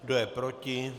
Kdo je proti?